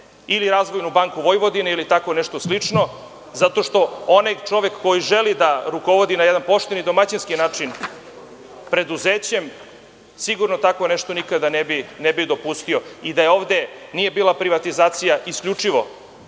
ili „Razvojnu banku Vojvodine“, ili tako nešto slično, zato što onaj čovek koji želi da rukovodi na jedan pošten i domaćinski način preduzećem, sigurno nešto tako nikada ne bi dopustio. Da ovde nije bila privatizacija isključivo